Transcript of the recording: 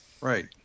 Right